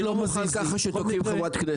אני לא מוכן שכך תוציאו חברת כנסת.